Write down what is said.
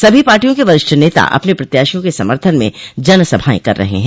सभी पार्टियों के वरिष्ठ नेता अपने प्रत्याशियों के समर्थन में जनसभाएं कर रहे हैं